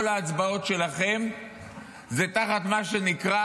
כל ההצבעות שלכם זה תחת מה שנקרא